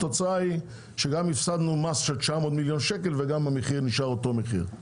התוצאה היא שגם הפסדנו מס של 900 מיליון שקל וגם המחיר נשאר אותו דבר.